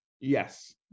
Yes